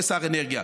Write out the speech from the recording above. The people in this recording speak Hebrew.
כשר אנרגיה.